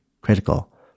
critical